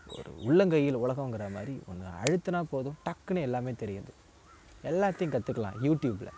ஒரு உள்ளங்கையில் உலகங்கிற மாதிரி ஒன்று அழுத்துனால் போதும் டக்குனு எல்லாமே தெரியுது எல்லாத்தையும் கத்துக்கலாம் யூடியூபில்